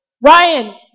Ryan